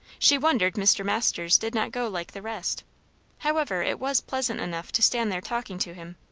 she wondered mr. masters did not go like the rest however, it was pleasant enough to stand there talking to him.